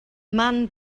man